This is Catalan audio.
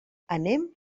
anem